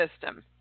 system